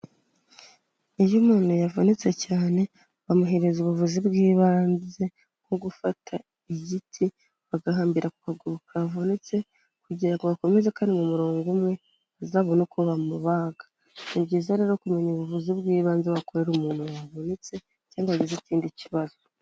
Iyo umuntu yavunitse cyane bamuhereza ubuvuzi bw'ibanze, nko gufata igiti bagahambira ku kaguru kavunitse, kugira ngo gakomeze kari mu murongo umwe, bazabone uko bamubaga. Ni byiza rero kumenya ubuvuzi bw'ibanze wakorera umuntu wavubitse cyangwa wagize ikindi kibazo.